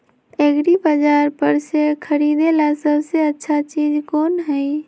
एग्रिबाजार पर से खरीदे ला सबसे अच्छा चीज कोन हई?